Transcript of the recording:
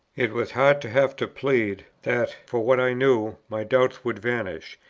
it was hard to have to plead, that, for what i knew, my doubts would vanish,